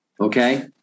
okay